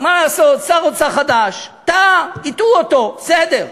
מה לעשות, שר אוצר חדש, טעה, הטעו אותו, בסדר.